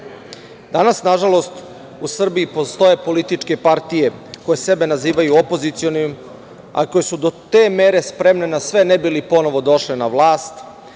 nažalost u Srbiji postoje političke partije koje sebe nazivaju opozicionim, a koje su do te mere spremne ne bi li ponovo došle na vlast